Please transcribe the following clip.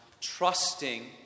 trusting